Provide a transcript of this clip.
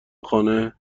خانه